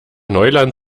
neuland